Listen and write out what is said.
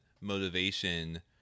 motivation